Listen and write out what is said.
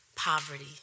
poverty